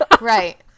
Right